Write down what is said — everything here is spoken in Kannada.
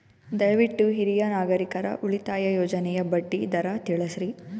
ದಯವಿಟ್ಟು ಹಿರಿಯ ನಾಗರಿಕರ ಉಳಿತಾಯ ಯೋಜನೆಯ ಬಡ್ಡಿ ದರ ತಿಳಸ್ರಿ